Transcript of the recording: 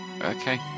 okay